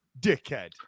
dickhead